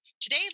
Today